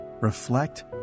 Reflect